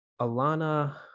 Alana